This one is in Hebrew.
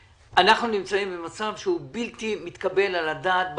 אנחנו נמצאים במצב שהוא בלתי מתקבל על הדעת בעליל.